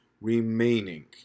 remaining